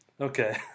okay